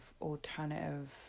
alternative